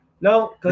No